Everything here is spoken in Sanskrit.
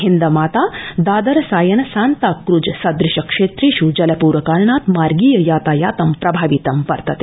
हिंदमाता दादर सायन सांताक्रज सदृश क्षेत्रेषु जलपूर कारणात् मार्गीय यातायातं प्रभावितं वर्तते